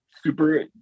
super